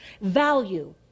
value